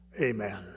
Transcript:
Amen